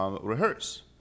Rehearse